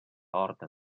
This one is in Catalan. horta